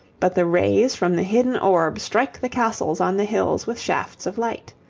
but the rays from the hidden orb strike the castles on the hills with shafts of light.